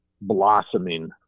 blossoming